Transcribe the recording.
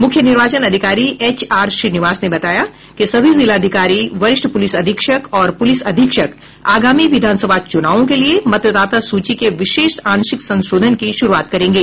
मुख्य निर्वाचन अधिकारी एच आर श्रीनिवास ने बताया कि सभी जिलाधिकारी वरिष्ठ पुलिस अधीक्षक और पुलिस अधीक्षक आगामी विधानसभा चुनावों के लिए मतदाता सूची के विशेष आंशिक संशोधन की शुरूआत करेंगे